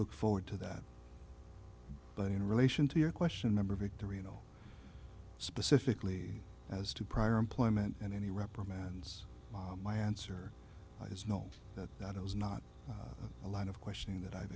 look forward to that but in relation to your question number victory you know specifically as to prior employment in any reprimands my answer is no that that is not a line of questioning that i've